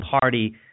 party